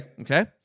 Okay